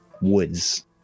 woods